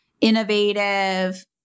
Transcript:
innovative